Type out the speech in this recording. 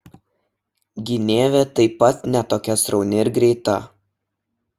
gynėvė taip pat ne tokia srauni ir greita